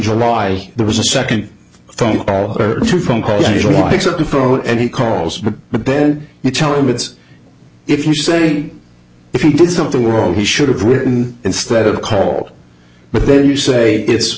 july there was a second phone call or two phone calls anyone takes up the phone and he calls me but then you tell him it's if you send me if you did something wrong he should have written instead of call but then you say it's